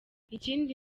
ikindi